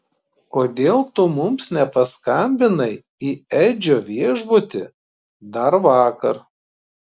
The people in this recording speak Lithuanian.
kodėl tu mums nepaskambinai į edžio viešbutį dar vakar